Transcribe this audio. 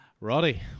roddy